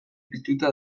piztuta